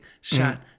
shot